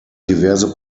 diverse